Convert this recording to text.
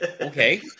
Okay